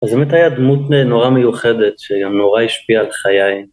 אז באמת היה דמות נורא מיוחדת, שגם נורא השפיעה על חיי